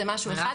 זה משהו אחד,